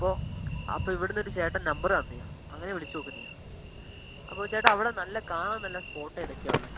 അപ്പോൾ അപ്പോൾ ഇവിടെ നിന്നൊരു ചേട്ടൻ നമ്പർ തന്നതാണ് അങ്ങനെ വിളിച്ചുനോക്കുന്നതാണ് അപ്പോൾ ചേട്ടാ അവിടെ നല്ല കാണാൻ നല്ല സ്പോട്ട് ഏതൊക്കെയാണ് ഉള്ളത്